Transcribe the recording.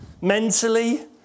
mentally